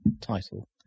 title